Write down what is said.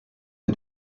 peu